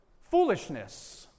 Foolishness